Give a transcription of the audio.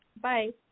Bye